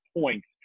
points